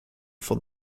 for